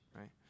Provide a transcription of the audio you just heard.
right